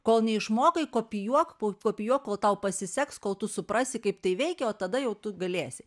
kol neišmokai kopijuok kopijuok kol tau pasiseks kol tu suprasi kaip tai veikia o tada jau tu galėsi